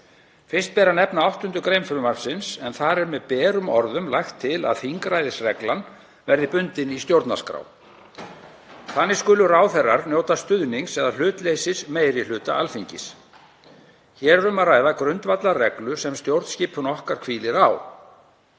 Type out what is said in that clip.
Fyrst ber að nefna 8. gr. frumvarpsins en þar er með berum orðum lagt til að þingræðisreglan verði bundin í stjórnarskrá. Þannig skulu ráðherrar njóta stuðnings eða hlutleysis meiri hluta Alþingis. Hér er um að ræða grundvallarreglu sem stjórnskipun okkar hvílir á.